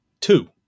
Two